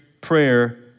prayer